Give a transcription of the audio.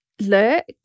look